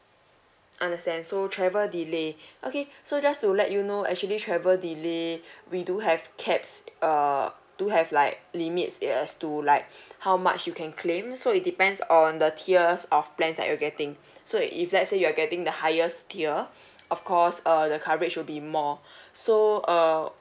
understand so travel delay okay so just to let you know actually travel delay we do have caps uh do have like limits it as to like how much you can claim so it depends on the tiers of plans that you're getting so if let's say you are getting the highest tier of course uh the coverage will be more so uh